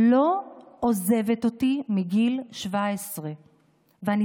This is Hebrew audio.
לא עוזבת אותי מגיל 17. ואני